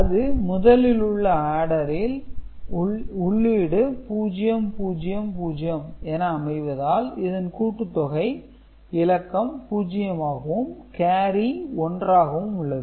அது முதலில் உள்ள ஆடரில் உள்ளீடு 00 0 என அமைவதால் இதன் கூட்டுத்தொகை இலக்கம் 0 ஆகவும் கேரி 1 ஆகவும் உள்ளது